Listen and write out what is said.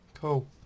Cool